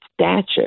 stature